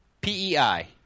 PEI